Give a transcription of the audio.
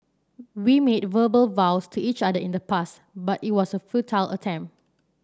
we made verbal vows to each other in the past but it was a futile attempt